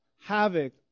havoc